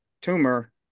tumor